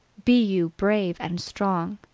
be you brave and strong!